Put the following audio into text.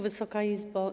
Wysoka Izbo!